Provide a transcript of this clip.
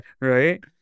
Right